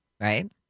Right